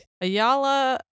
Ayala